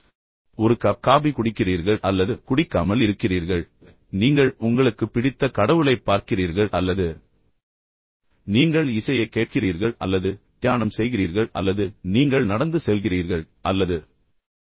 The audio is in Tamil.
எனவே உங்களிடம் ஒரு கப் காபி குடிக்கிறீர்கள் அல்லது உங்களிடம் அது குடிக்காமல் இருக்கிறீர்கள் நீங்கள் உங்களுக்கு பிடித்த கடவுளைப் பார்க்கிறீர்கள் அல்லது நீங்கள் வெறுமனே இசையைக் கேட்கிறீர்கள் அல்லது தியானம் செய்கிறீர்கள் அல்லது நீங்கள் நடந்து செல்கிறீர்கள் வெளியே செல்கிறீர்கள் நீங்கள் என்ன செய்கிறீர்கள்